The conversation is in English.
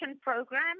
program